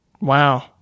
Wow